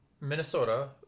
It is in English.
Minnesota